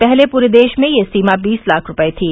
पहले पूरे देश में यह सीमा बीस लाख रूपये थी